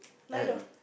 L M